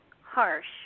harsh